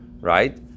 right